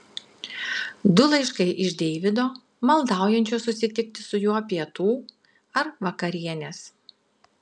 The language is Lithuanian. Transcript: du laiškai iš deivido maldaujančio susitikti su juo pietų ar vakarienės